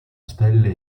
stelle